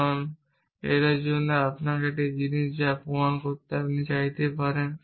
কাজ করার জন্য তবে এটি এমন একটি জিনিস যা আপনি প্রমাণ করতে চাইতে পারেন